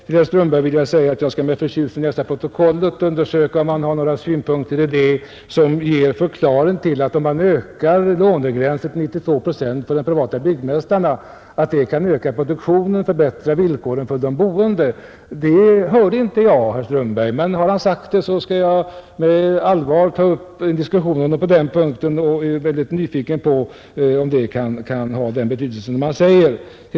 Till herr Strömberg vill jag säga att jag med förtjusning skall läsa protokollet för att se om han har anfört några synpunkter som ger en förklaring till att produktionen ökas och villkoren för de boende förbättras om man ökar lånegränsen till 92 procent för de privata byggmästarna. Jag hörde inte att herr Strömberg sade det, men gjorde han det skall jag ta upp en allvarlig diskussion med honom. Jag är bara nyfiken, om det kan ha den betydelse som han gjorde gällande.